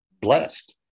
blessed